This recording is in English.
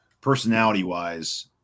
Personality-wise –